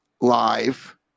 live